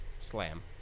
slam